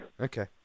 Okay